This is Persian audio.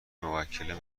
موکل